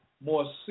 more